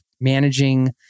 managing